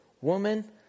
Woman